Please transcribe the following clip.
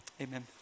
Amen